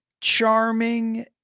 charming